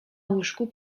łóżku